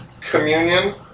communion